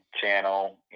channel